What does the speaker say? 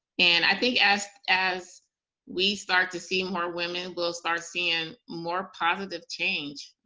and i think as as we start to see more women, we'll start seeing more positive change.